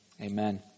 amen